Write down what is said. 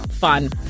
fun